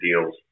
deals